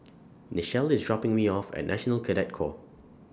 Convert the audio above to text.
Nichelle IS dropping Me off At National Cadet Corps